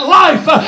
life